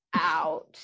out